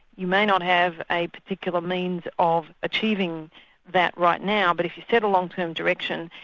you may not have a particular means of achieving that right now, but if you set a long-term direction,